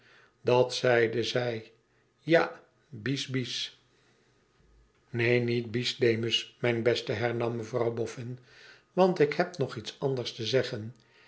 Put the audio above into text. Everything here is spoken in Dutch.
idat zeide zij ja bis bis ineen niet bis demus mijn beste hernam mevrouw boffin iwant ik heb nog iets anders te zeggen